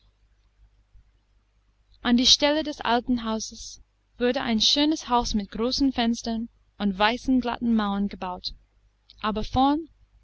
an die stelle des alten hauses wurde ein schönes haus mit großen fenstern und weißen glatten mauern gebaut aber vorn